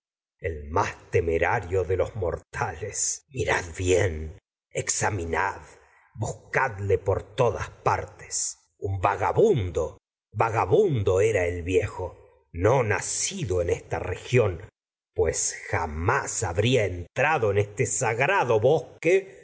el más temerario de los morta les mirad bien examinad buscadle era por todas no partes un vagabundo vagabundo el viejo nacido en esta región de pues jamás habría entrado en este sagrado vírgenes cuyo bosque